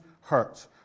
hurt